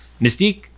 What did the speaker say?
mystique